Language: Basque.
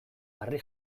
harri